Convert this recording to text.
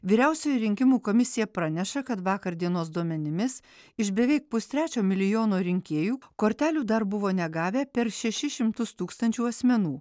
vyriausioji rinkimų komisija praneša kad vakar dienos duomenimis iš beveik pustrečio milijono rinkėjų kortelių dar buvo negavę per šešis šimtus tūkstančių asmenų